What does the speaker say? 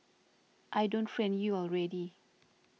I don't friend you already